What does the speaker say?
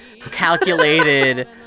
calculated